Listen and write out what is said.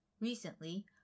Recently